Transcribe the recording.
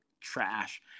trash